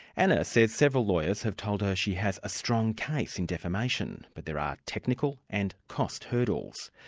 anna says several lawyers have told her she has a strong case in defamation, but there are technical and cost hurdles.